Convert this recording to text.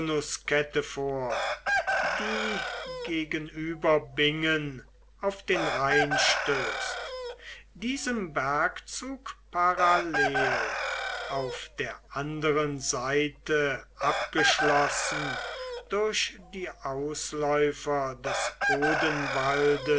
vor die gegenüber bingen auf den rhein stößt diesem bergzug parallel auf der anderen seite abgeschlossen durch die ausläufer des